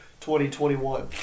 2021